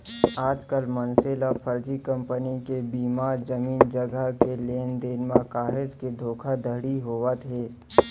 आजकल मनसे ल फरजी कंपनी के बीमा, जमीन जघा के लेन देन म काहेच के धोखाघड़ी होवत हे